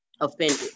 offended